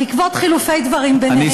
בעקבות חילופי דברים ביניהן,